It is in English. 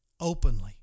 openly